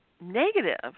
negative